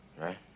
Right